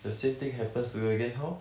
the same thing happens to you again how